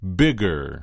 bigger